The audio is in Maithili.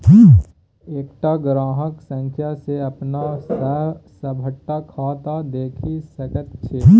एकटा ग्राहक संख्या सँ अपन सभटा खाता देखि सकैत छी